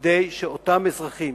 כדי שאותם אזרחים